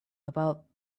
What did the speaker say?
about